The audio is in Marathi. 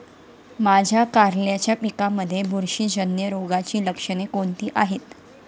माझ्या कारल्याच्या पिकामध्ये बुरशीजन्य रोगाची लक्षणे कोणती आहेत?